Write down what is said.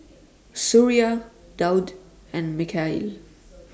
Suria Daud and Mikhail